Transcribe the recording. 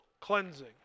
cleansing